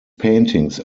paintings